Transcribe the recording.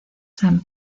san